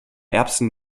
erbsen